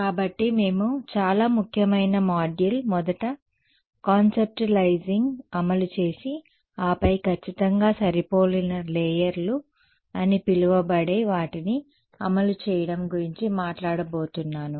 కాబట్టి మేము చాలా ముఖ్యమైన మాడ్యూల్ మొదట కాన్సెప్ట్వలైజింగ్ని అమలు చేసి ఆపై ఖచ్చితంగా సరిపోలిన లేయర్ లు అని పిలవబడే వాటిని అమలు చేయడం గురించి మాట్లాడబోతున్నాను